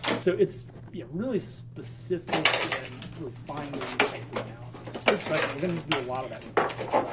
so it's yeah really specific and really fine-grain types of analysis. good question, we're gonna do a lot of that with this site.